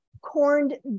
corned